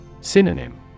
Synonym